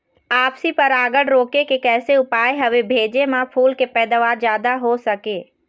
आपसी परागण रोके के कैसे उपाय हवे भेजे मा फूल के पैदावार जादा हों सके?